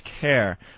care